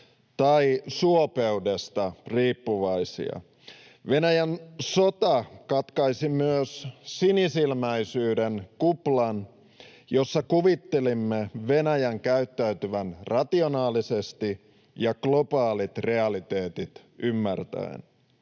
tai suopeudesta riippuvaisia. Venäjän sota katkaisi myös sinisilmäisyyden kuplan, jossa kuvittelimme Venäjän käyttäytyvän rationaalisesti ja globaalit realiteetit ymmärtäen.